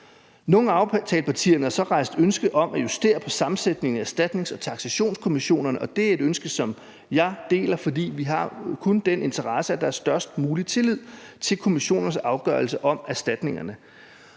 Nogle af aftalepartierne har så rejst ønske om at justere på sammensætningen af erstatnings- og taksationskommissionerne, og det er et ønske, som jeg deler, for vi har kun den interesse, at der er den størst mulige tillid til kommissionernes afgørelse om erstatningerne.